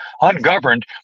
ungoverned